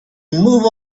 move